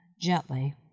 gently